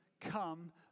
come